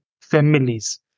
families